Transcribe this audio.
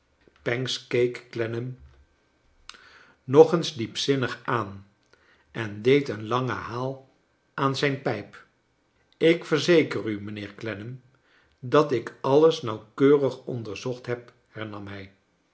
pancks keek clennam nog eens diepzinnig aan en deed een langen haal aan zijn pijp ik verzeker u mijnheer clennam dat ik alles nauwkeurig onderzocht heb hernam hij